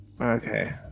okay